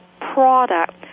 product